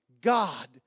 God